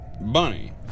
Bunny